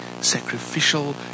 sacrificial